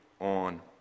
on